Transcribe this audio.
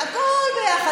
הכול ביחד,